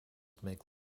make